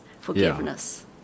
forgiveness